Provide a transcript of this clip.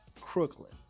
Crooklyn